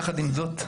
יחד עם זאת,